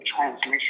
transmission